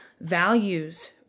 Values